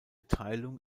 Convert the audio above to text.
teilung